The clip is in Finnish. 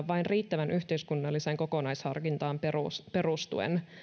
vain riittävään yhteiskunnalliseen kokonaisharkintaan perustuen